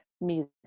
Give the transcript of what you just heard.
Music